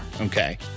Okay